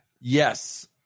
yes